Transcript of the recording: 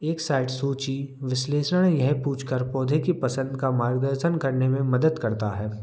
एक साइड सूची विश्लेषण यह पूछ कर पौधे की पसंद का मार्ग दर्शन करने मदद करता है